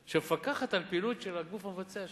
שמפקחת על הפעילות של הגוף המבצע,